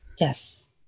Yes